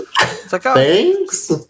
Thanks